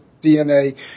DNA